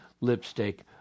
lipstick